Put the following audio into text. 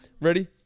Ready